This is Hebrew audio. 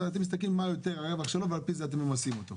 אתם מסתכלים מה יותר הרווח שלו ועל פי זה אתם ממסים אותו?